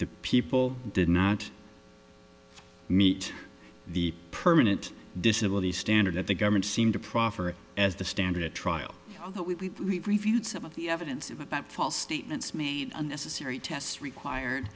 the people did not meet the permanent disability standard that the government seemed to proffer as the standard at trial that we reviewed some of the evidence about false statements made unnecessary tests required